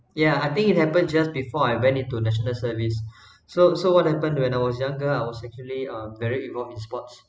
yeah I think it happened just before I went into national service so so what happened when I was younger I was actually uh very involved in sports